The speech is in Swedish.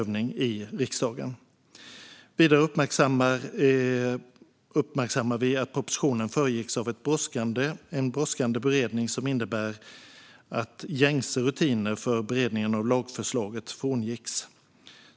"Vidare uppmärksammas att propositionen föregicks av en brådskande beredning som innebar att gängse rutiner för beredning av lagförslag frångicks.